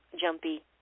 jumpy